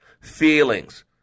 Feelings